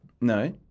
No